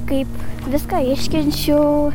kaip viską iškenčiau